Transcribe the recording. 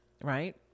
Right